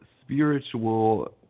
spiritual